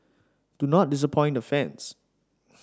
do not disappoint the fans